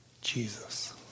Jesus